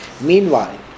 Meanwhile